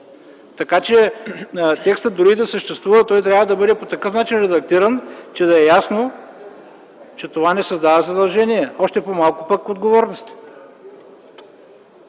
Така че текстът дори и да съществува, трябва да бъде редактиран по такъв начин, че да е ясно, че това не създава задължения, още по-малко пък отговорности.